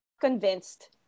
convinced